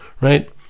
right